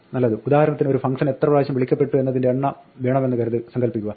നല്ലത് ഉദാഹരണത്തിന് ഒരു ഫംഗ്ഷൻ എത്ര പ്രാവശ്യം വിളിക്കപ്പെട്ടു എന്നതിന്റെ എണ്ണം വേണമെന്ന് സങ്കല്പിക്കുക